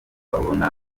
babona